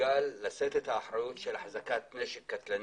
ומסוגל לשאת את האחראיות של החזקת נשק קטלני.